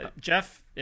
Jeff